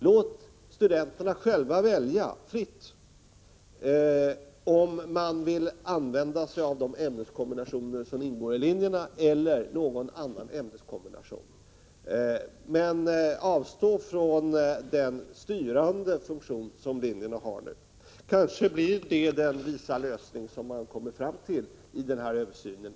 Låt studenterna själva fritt välja om de vill använda sig av de ämneskombinationer som ingår i linjerna eller av någon annan ämneskombination, men avstå från den styrande funktion som linjerna har i dag. Kanske blir det den visa lösning som man kommer fram till i översynen.